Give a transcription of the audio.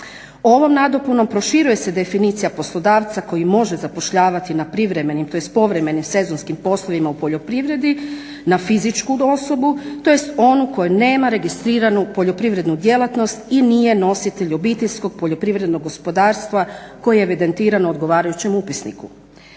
Ovom nadopunom proširuje se definicija poslodavca koji može zapošljavati na privremenim, tj. na povremenim sezonskim poslovima u poljoprivredi na fizičku osobu, tj. onu koja nema registrirano poljoprivrednu djelatnost i nije nositelj OPG koje je evidentirano u odgovarajućem upisniku.